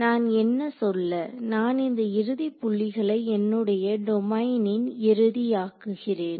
நான் என்ன சொல்ல நான் இந்த இறுதி புள்ளிகளை என்னுடைய டொமைனின் இறுதி ஆக்குகிறேன்